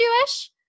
jewish